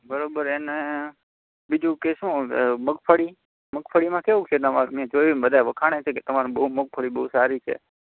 બરાબર એને બીજું કે શું મગફળી મગફળીમાં કેવું છે મેં જોયું ને બધા વખાણે છે કે તમારે બહુ મગફળી બહુ સારી છે